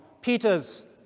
Peter's